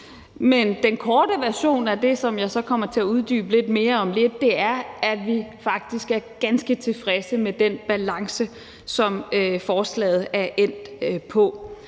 men den korte version af det, som jeg så kommer til at uddybe lidt mere om lidt, er, at vi faktisk er ganske tilfredse med den balance, som forslaget er endt på.